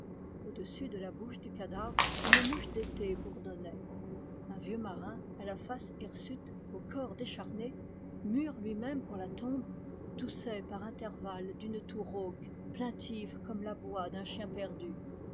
au-dessus de la bouche du cadavre une mouche d'été bourdonnait un vieux marin à la face hirsute au corps décharné mûr lui-même pour la tombe toussait par intervalles d'une toux rauque plaintive comme l'aboi d'un chien perdu